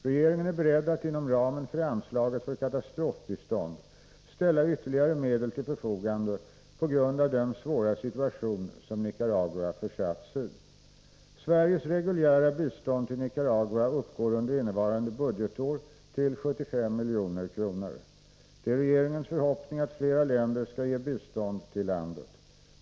Regeringen är beredd att inom ramen för anslaget för katastrofbistånd ställa ytterligare medel till förfogande på grund av den svåra situation som Nicaragua försatts i. Sveriges reguljära bistånd till Nicaragua uppgår under innevarande budgetår till 75 milj.kr. Det är regeringens förhoppning att flera länder skall ge bistånd till landet.